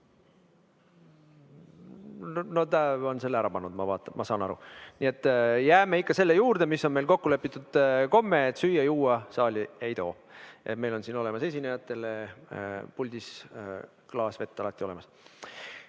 Ta on selle ära pannud, ma saan aru. Nii et jääme ikka selle juurde, et meil on kokku lepitud komme, et süüa-juua saali ei too. Meil on siin puldis esinejatele klaas vett alati olemas.